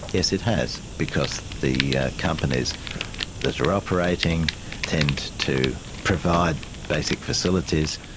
yes, it has. because the companies that are operating tend to provide basic facilities,